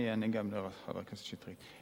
אני אענה גם לחבר הכנסת שטרית.